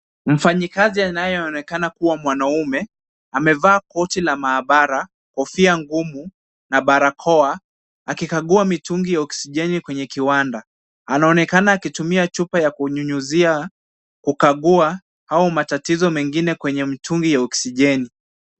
Mfanyikazi anayeonekana kuwa mwanaume amevaa koti la maabara, kofia ngumu na barakoa akikagua mitungi ya oksijeni kwenye kiwanda. Anaonekana akitumia chupa ya kunyunyizia , kukagua au matatizo mengine kwenye mitungi ya oksijeni .